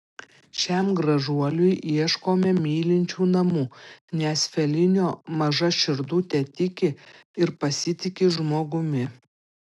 šiam gražuoliui ieškome mylinčių namų nes felinio maža širdutė tiki ir pasitiki žmogumi